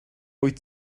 wyt